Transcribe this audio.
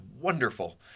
wonderful